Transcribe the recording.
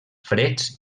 freds